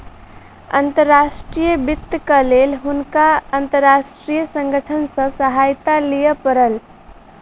अंतर्राष्ट्रीय वित्तक लेल हुनका अंतर्राष्ट्रीय संगठन सॅ सहायता लिअ पड़ल